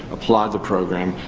applaud the program.